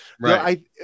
right